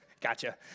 Gotcha